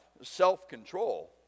self-control